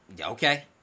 Okay